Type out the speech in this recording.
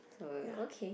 uh okay